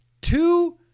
two